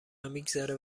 میگذاره